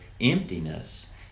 emptiness